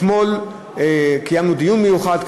אתמול קיימנו דיון מיוחד,